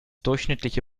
durchschnittliche